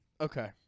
Okay